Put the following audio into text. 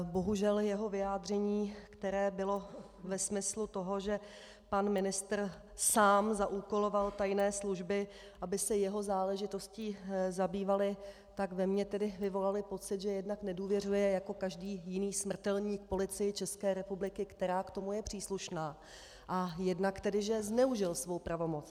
Bohužel jeho vyjádření, které bylo ve smyslu toho, že pan ministr sám zaúkoloval tajné služby, aby se jeho záležitostí zabývaly, ve mně vyvolalo pocit, že jednak nedůvěřuje jako každý jiný smrtelník Policii České republiky, která k tomu je příslušná, a jednak tedy, že zneužil svou pravomoc.